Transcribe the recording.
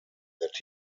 that